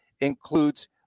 includes